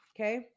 Okay